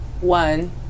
One